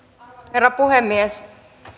herra puhemies